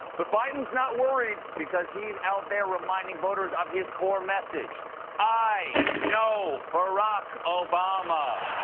but biden's not worried, because he's out there reminding voters of his core message i know barack obama.